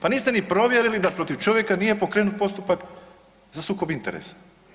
Pa niste ni provjerili da protiv čovjeka nije pokrenut postupak za sukob interesa.